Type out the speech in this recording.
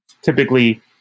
typically